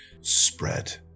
spread